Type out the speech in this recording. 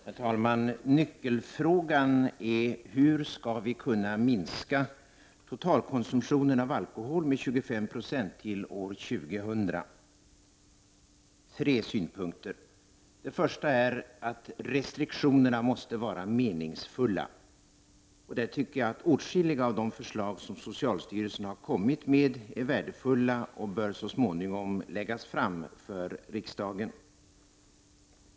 Herr talman! Nyckelfrågan är hur vi skall kunna minska totalkonsumtionen av alkohol med 25 9o till år 2000. Jag vill framföra tre synpunkter. Den första synpunkten är att restriktionerna måste vara meningsfulla. Och jag tycker att åtskilliga av de förslag som socialstyrelsen har väckt är värdefulla och så småningom bör läggas fram för riksdagen.